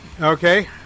okay